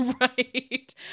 Right